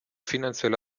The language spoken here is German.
finanzielle